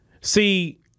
See